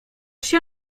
się